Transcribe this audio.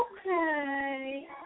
okay